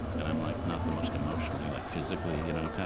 and i'm like not the most emotionally like, physically you know kind